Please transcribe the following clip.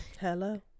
hello